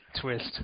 Twist